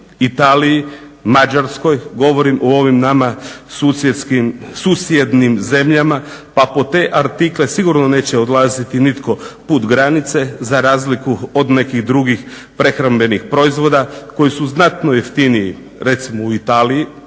Italiji, Mađarskoj govorim u ovim nama susjednim zemljama pa po te artikle sigurno neće odlaziti nitko put granice za razliku od nekih drugih prehrambenih proizvoda koji su znatno jeftiniji recimo u Italiji,